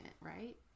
right